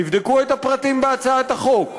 תבדקו את הפרטים בהצעת החוק.